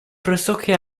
pressoché